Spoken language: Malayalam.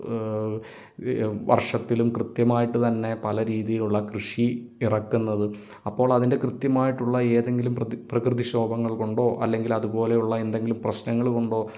വർഷത്തിലും കൃത്യമായിട്ട് തന്നെ പല രീതിയിലുള്ള കൃഷി ഇറക്കുന്നത് അപ്പോൾ അതിൻ്റെ കൃത്യമായിട്ടുള്ള ഏതെങ്കിലും പ്രകൃതിക്ഷോഭങ്ങൾ കൊണ്ടോ അല്ലെങ്കിൽ അതുപോലെയുള്ള എന്തെങ്കിലും പ്രശ്നങ്ങൾ കൊണ്ടോ